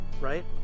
right